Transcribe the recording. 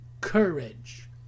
courage